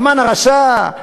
המן הרשע,